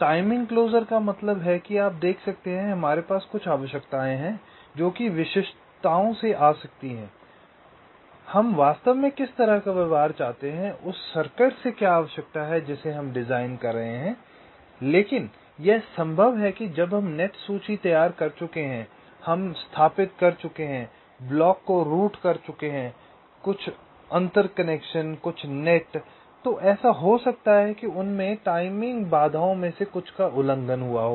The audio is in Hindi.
टाइमिंग क्लोज़र का मतलब है कि आप देख सकते हैं कि हमारे पास कुछ आवश्यकताएं हैं जो कि विशिष्टताओं से आ सकती हैं कि हम वास्तव में किस तरह का व्यवहार चाहते हैं उस सर्किट से क्या आवश्यकता है जिसे हम डिजाइन कर रहे हैं लेकिन यह संभव है कि जब हम नेट सूची त्यार कर चुके हैं हम स्थापित कर चुके हैं ब्लॉक को रूट कर चुके हैं कुछ अन्तर कनेक्शनकुछ नेट तो ऐसा हो सकता है कि उन में टाइमिंग बाधाओं में से कुछ का उल्लंघन हुआ हो